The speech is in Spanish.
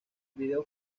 video